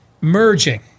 merging